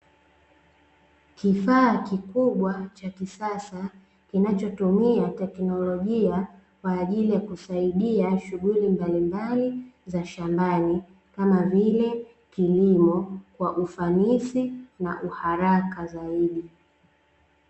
Kifaa kikubwa cha kisasa kinachotumia teknolojia kwa ajili ya kusaidia shughuli mbalimbali za shambani kama vile kilimo kwa ufanisi na uharaka zaidi.